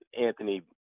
Anthony